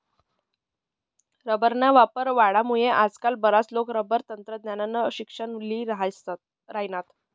रबरना वापर वाढामुये आजकाल बराच लोके रबर तंत्रज्ञाननं शिक्सन ल्ही राहिनात